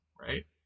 right